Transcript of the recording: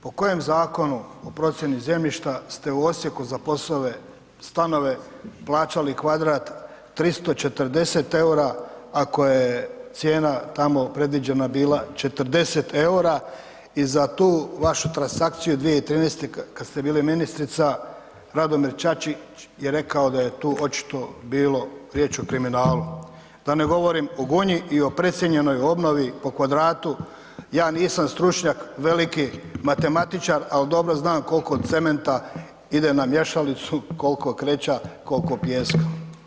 Po kojem Zakonu o procjeni zemljišta ste u Osijeku za POS-ove stanove plaćali kvadrat 340,00 EUR-a ako je cijena tamo predviđena bila 40,00 EUR-a i za tu vašu transakciju 2013. kad ste bili ministrica Radomir Čačić je rekao da je tu očito bilo riječ o kriminalu, da ne govorim o Gunji i o precijenjenoj obnovi po kvadratu, ja nisam stručnjak veliki matematičar, al dobro znam kolko cementa ide na miješalicu, kolko kreča, kolko pjeska.